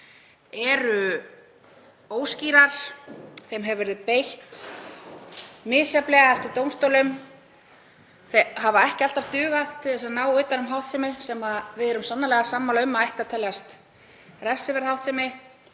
eru óskýrar. Þeim hefur verið beitt misjafnlega eftir dómstólum. Þær hafa ekki alltaf dugað til að ná utan um háttsemi sem við erum sannarlega sammála um að ætti að teljast refsiverð. Ekki